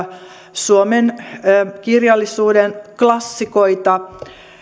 suomen kirjallisuuden klassikoita